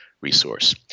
resource